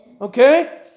okay